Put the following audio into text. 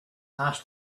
asked